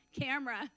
camera